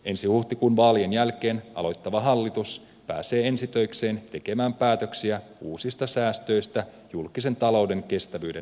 ensi huhtikuun vaalien jälkeen aloittava hallitus pääsee ensi töikseen tekemään päätöksiä uusista säästöistä julkisen talouden kestävyyden vahvistamiseksi